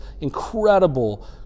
incredible